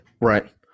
Right